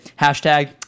hashtag